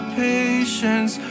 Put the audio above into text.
patience